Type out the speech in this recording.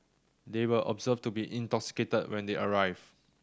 they were observed to be intoxicated when they arrived